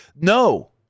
No